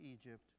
Egypt